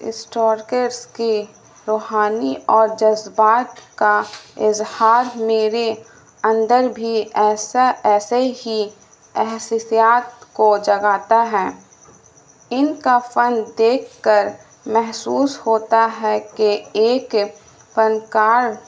اسٹورکیس کی روحانی اور جذبات کا اظہار میرے اندر بھی ایسا ایسے ہی احسسیات کو جگاتا ہے ان کا فن دیکھ کر محسوس ہوتا ہے کہ ایک فن کار